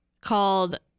called